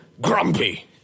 grumpy